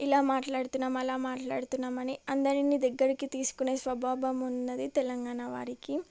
ఇలా మాట్లాడుతున్నాం అలా మాట్లాడుతున్నాం అని అందరినీ దగ్గరికి తీసుకునే స్వభావం ఉన్నది తెలంగాణ వారికి